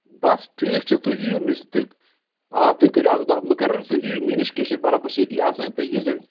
بَس ٹھیٖک چھِ تُہۍ یِیِو تُہۍ آ تُہۍ کریُو اَکھ دۄہ مقرر سُہ یِیِو مےٚ نِش کیٚنہہ چھِنہٕ پرواے بہٕ چھُس ییٚتی آسان تُہۍ ییٖزیو